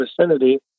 vicinity